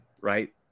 right